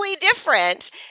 different